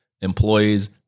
Employees